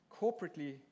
corporately